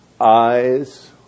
eyes